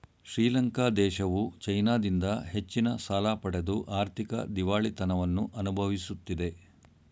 ಶ್ರೀಲಂಕಾ ದೇಶವು ಚೈನಾದಿಂದ ಹೆಚ್ಚಿನ ಸಾಲ ಪಡೆದು ಆರ್ಥಿಕ ದಿವಾಳಿತನವನ್ನು ಅನುಭವಿಸುತ್ತಿದೆ